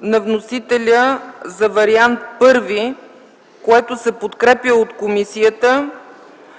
на вносителя за Вариант I, което се подкрепя от комисията